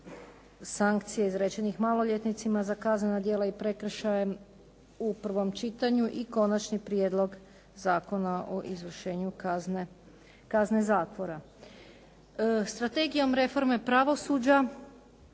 sankcija izrečenih maloljetnicima za kaznena djela i prekršaje u prvom čitanju i Konačni prijedlog zakona o izvršenju kazne zatvora. Strategijom reforme pravosuđa